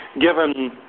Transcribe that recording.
given –